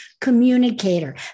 communicator